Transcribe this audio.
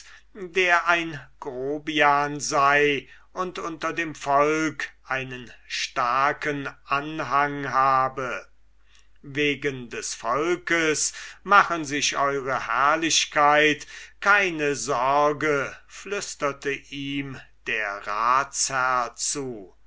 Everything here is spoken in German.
der ein grobian sei und unter dem volk einen starken anhang habe wegen des volkes machen sich ew herrlichkeit keine sorge flüsterte ihm der ratsherr zu